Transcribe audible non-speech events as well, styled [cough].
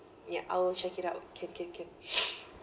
ya I'll check it out can can can [breath]